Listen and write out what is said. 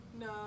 no